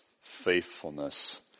faithfulness